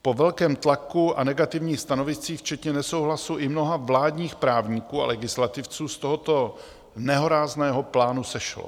Po velkém tlaku a negativních stanoviscích včetně nesouhlasu i mnoha vládních právníků a legislativců z tohoto nehorázného plánu sešlo.